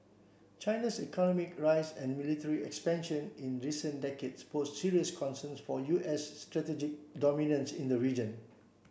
China's economic rise and military expansion in recent decades pose serious concerns for U S strategic dominance in the region